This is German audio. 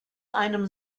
einem